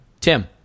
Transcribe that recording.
Tim